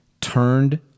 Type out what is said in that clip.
turned